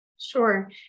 Sure